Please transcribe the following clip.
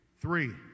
Three